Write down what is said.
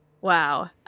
Wow